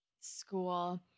school